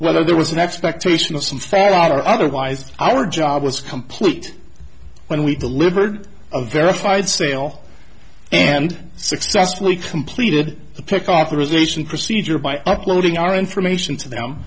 whether there was an expectation of simferopol or otherwise our job was complete when we delivered a verified sale and successfully completed the pick authorization procedure by uploading our information to them